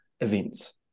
events